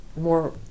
more